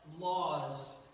laws